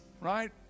right